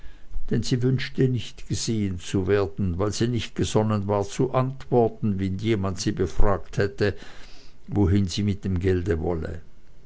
denn sie wünschte nicht gesehen zu werden weil sie nicht gesonnen war zu antworten wenn jemand sie befragt hätte wo sie mit dem gelde hinwolle